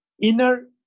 inner